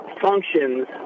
functions